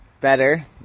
better